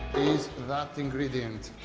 is that ingredient,